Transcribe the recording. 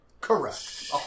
Correct